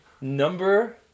Number